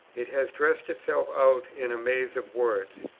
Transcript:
it has dressed itself out in a maze of words.